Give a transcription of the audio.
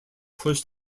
pushed